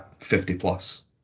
50-plus